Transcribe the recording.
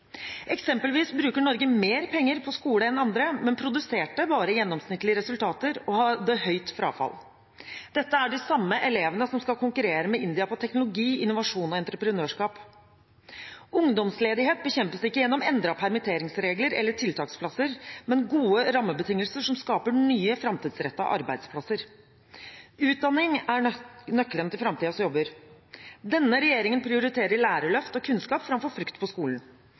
Eksempelvis bruker Norge mer penger på skole enn andre, men produserer bare gjennomsnittlige resultater og har høyt frafall. Dette er de samme elevene som skal konkurrere med India på teknologi, innovasjon og entreprenørskap. Ungdomsledighet bekjempes ikke gjennom endret permitteringsregler eller tiltaksplasser, men gode rammebetingelser som skaper nye, framtidsrettede arbeidsplasser. Utdanning er nøkkelen til framtidens jobber. Denne regjeringen prioriterer lærerløft og kunnskap framfor frukt på skolen.